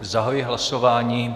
Zahajuji hlasování.